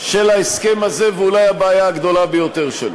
של ההסכם הזה, ואולי הבעיה הגדולה ביותר שלו,